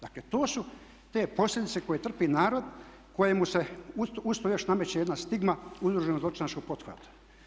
Dakle, to su te posljedice koje trpi narod kojemu se uz to još nameće jedna stigma udruženog zločinačkog pothvata.